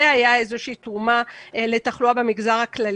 הייתה איזושהי תרומה לתחלואה במגזר הכללי.